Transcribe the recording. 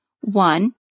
One